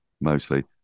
mostly